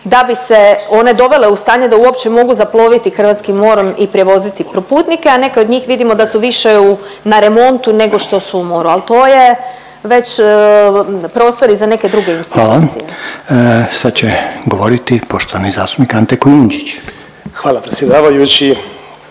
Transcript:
da bi se one dovele u stanje da uopće mogu zaploviti hrvatskim morem i prevoziti putnike, a neke od njih vidimo da su više u, na remontu nego što su u moru, al to je već prostori za neke druge institucije. **Reiner, Željko (HDZ)** Hvala. Sad će govoriti poštovani zastupnik Ante Kujundžić. **Kujundžić,